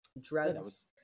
drugs